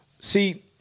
see